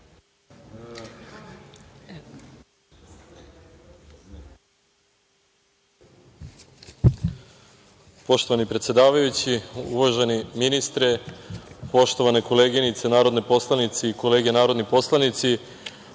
Poštovani predsedavajući, uvaženi ministre, poštovane koleginice narodne poslanice i kolege narodni poslanici,